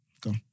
go